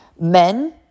Men